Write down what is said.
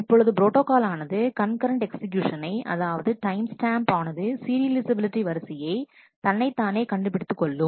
இப்பொழுது ப்ரோட்டாகால் ஆனது கண்கரண்ட் எக்ஸிகியூஷனை அதாவது டைம் ஸ்டாம்ப் ஆனது சீரியலைஃசபிலிட்டி வரிசையை தன்னை தானே கண்டுபிடித்துக் கொள்ளும்